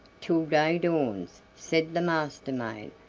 till day dawns, said the master-maid.